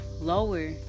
lower